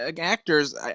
actors